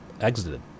exited